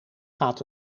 gaat